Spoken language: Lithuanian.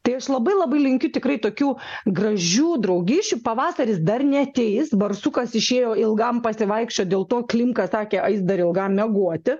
tai aš labai labai linkiu tikrai tokių gražių draugysčių pavasaris dar neateis barsukas išėjo ilgam pasivaikščiot dėl to klinka sakė eis dar ilgam miegoti